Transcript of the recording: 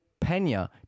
Pena